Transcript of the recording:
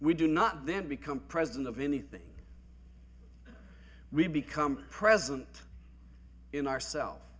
we do not then become president of anything we become present in ourselves